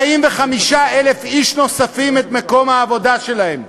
45,000 איש נוספים את מקומות העבודה שלהם.